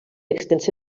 extensa